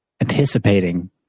anticipating